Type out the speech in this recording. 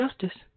justice